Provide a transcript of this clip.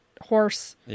horse